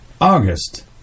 August